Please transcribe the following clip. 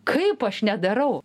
kaip aš nedarau